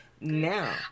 Now